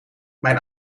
mijn